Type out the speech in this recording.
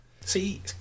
See